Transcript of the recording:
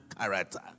character